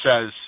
says